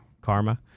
Karma